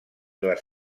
les